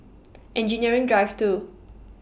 Engineering Drive two